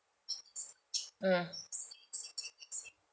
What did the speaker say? mm